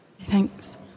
thanks